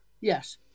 Yes